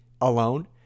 alone